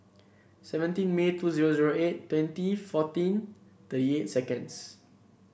seventeen May two zero zero eight twenty fourteen thirty eight seconds